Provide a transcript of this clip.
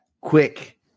quick